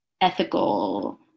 ethical